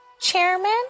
Chairman